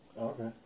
okay